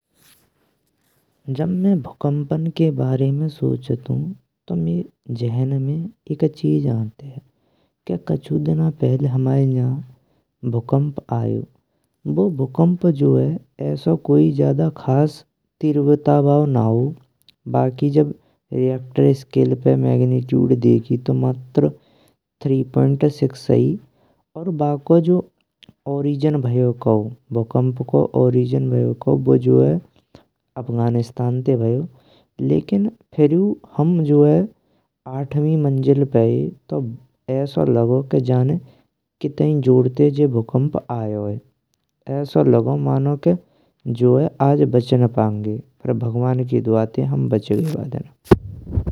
जब में भूकंपन के बारे में सोचन्तु तो मइये जेहन में एक चीज आन्तेये। के कछु दिना पहिले हमारे नज भूकंप आयो बु भूकंप जो है। अयसो कोइ ज्यादा खास तीव्रता बयो नाओ बाकी जब रिएक्टर स्केल पे मैग्निट्यूड देखी। तो मात्र तीन पॉइंट छय और बक्को जो ओरिजिन भयो काओ भूकंपण को ओरिजिन भयो काओ बु जॉय अफगानिस्तान ते भयो। लेकिन फिरु हम जॉय आठवीं मंजिल पइये अयसो लागो जाने कित्ताये जोर ते जी भूकंप आयो है। अयसो लागगो मान्नो के आज बचेन्पंगे पर भगवान की दुआ ते हम बच गए बा दिना।